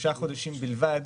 שלושה חודשים בלבד,